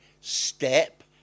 step